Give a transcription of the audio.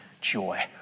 joy